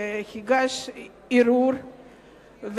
שהגיש ערעור,